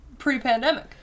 pre-pandemic